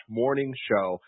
morningshow